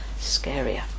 scarier